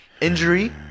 injury